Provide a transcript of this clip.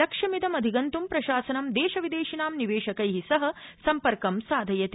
लक्ष्यमिदं अधिगन्तुं प्रशासनं देश विदेशिनां निवेशकै सह सम्पर्क साधयति